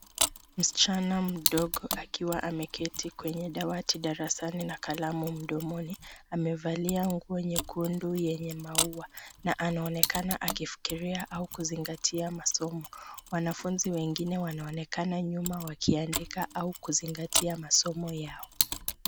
Msichana mdogo akiwa ameketi kwenye dawati darasani na kalamu mdomoni amevalia nguo nyekundu yenye maua na anaonekana akifikiria au kuzingatia masomo. Wanafunzi wengine wanaonekana nyuma wakiandika au kuzingatia masomo yao.